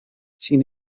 sin